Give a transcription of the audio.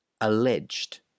alleged